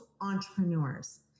entrepreneurs